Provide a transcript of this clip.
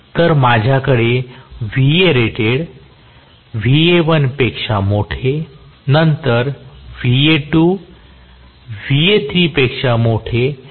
तर माझ्याकडे Va1 पेक्षा मोठे नंतर Va2 Va3 पेक्षा मोठे आणि असेच असेल